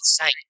insane